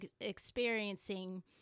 experiencing